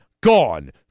gone